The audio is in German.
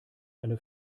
eine